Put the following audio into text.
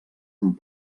amb